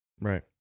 Right